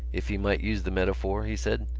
if he might use the metaphor, he said,